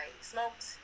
smoked